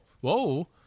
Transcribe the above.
whoa